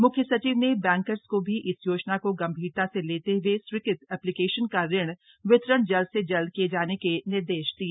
मुख्य सचिव ने बैंकर्स को भी इस योजना को गंभीरता से लेते हुए स्वीकृत एप्लिकेशन का ऋण वितरण जल्द से जल्द किए जाने के निर्देश दिए